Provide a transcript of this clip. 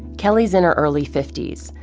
kelly's in her early fifty s.